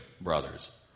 brothers